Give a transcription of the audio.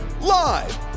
Live